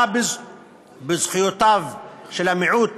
הכרה בזכויותיו של המיעוט